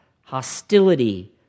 hostility